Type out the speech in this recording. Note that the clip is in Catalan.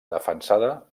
defensada